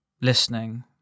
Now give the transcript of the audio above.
listening